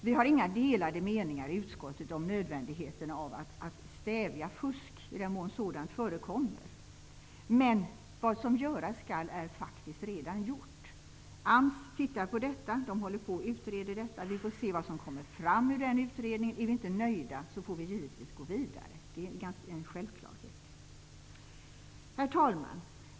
Vi har inga delade meningar i utskottet om nödvändigheten av att stävja fusk, i den mån sådant förekommer. Men vad som göras skall är faktiskt redan gjort. AMS håller på att utreda detta. Vi får se vad som kommer fram av den utredningen. Är vi inte nöjda, får vi givetvis gå vidare. Det är en självklarhet. Herr talman!